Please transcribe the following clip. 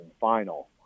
final